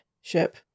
ship